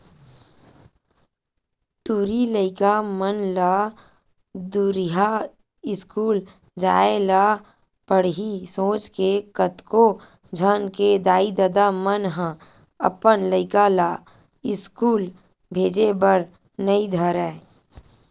टूरी लइका मन ला दूरिहा इस्कूल जाय ल पड़ही सोच के कतको झन के दाई ददा मन ह अपन लइका ला इस्कूल भेजे बर नइ धरय